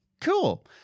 Cool